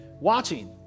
watching